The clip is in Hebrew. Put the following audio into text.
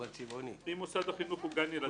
"אם מוסד החינוך הוא גן ילדים,